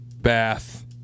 bath